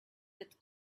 with